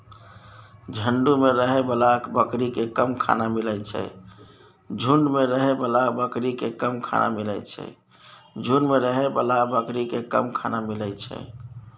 झूंड मे रहै बला बकरी केँ कम खाना मिलइ छै